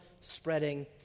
spreading